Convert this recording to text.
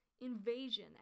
Invasion